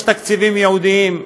יש תקציבים ייעודיים,